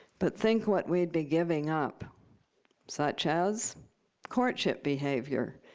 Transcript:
but think what we'd be giving up such as courtship behavior.